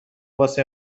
واسه